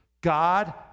God